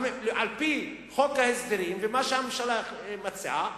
על-פי חוק ההסדרים ומה שהממשלה מציעה,